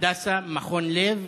הדסה, מכון לב,